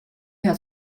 hat